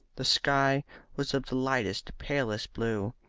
the sky was of the lightest palest blue,